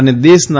અને દેશના